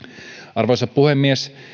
arvoisa puhemies